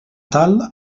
tal